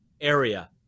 area